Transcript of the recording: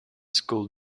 school